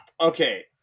okay